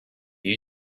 you